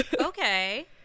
Okay